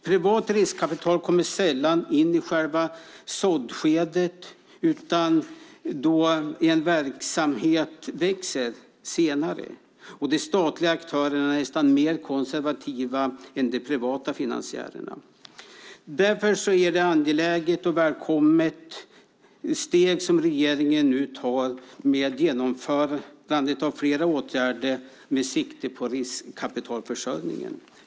Privat riskkapital kommer sällan in i själva såddskedet, utan först senare då en verksamhet växer, och de statliga aktörerna är nästan mer konservativa än de privata finansiärerna. Därför är det ett angeläget och välkommet steg som regeringen nu tar med genomförandet av flera åtgärder med sikte på riskkapitalförsörjningen.